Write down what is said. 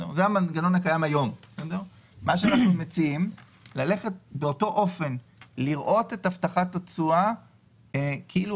אנחנו מציעים לראות את הבטחת התשואה כדבר